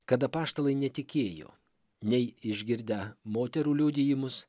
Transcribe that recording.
kad apaštalai netikėjo nei išgirdę moterų liudijimus